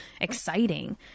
exciting